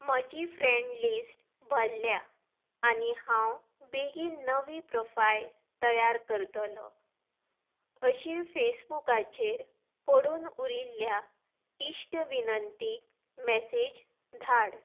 म्हजी friend list भरल्या आनी हांव बेगीन नवी प्रोफायल तयार करतलों अशी फेसबुकाचेर पडून उरिल्ल्या इश्ट विनंतींक मॅसेज धाड